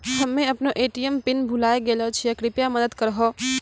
हम्मे अपनो ATM PIN भुलाय गेलो छियै, कृपया मदत करहो